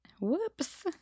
whoops